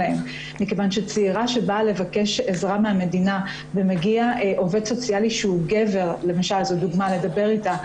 כשצעירה באה לבקש עזרה מהמדינה ומגיע עובד סוציאלי גבר לדבר איתה,